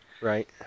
Right